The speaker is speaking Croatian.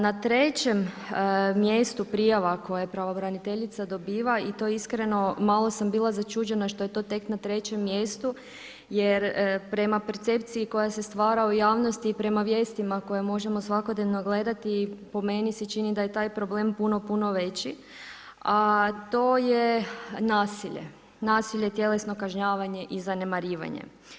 Na trećem mjestu prijava koje pravobraniteljica dobiva i to iskreno malo sam bila začuđena što je to tek na trećem mjestu jer prema percepciji koja se stvara u javnosti i prema vijestima koje možemo svakodnevno gledati po meni se čini da je taj problem puno, puno veći, a to je nasilje, nasilje, tjelesno kažnjavanje i zanemarivanje.